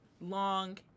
long